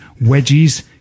wedges